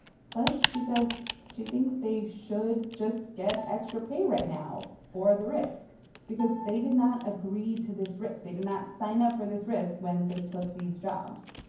plus, she says she thinks they should just get extra pay right now for the risk because they did not agree to this risk. they did not sign up for this risk when they took these jobs.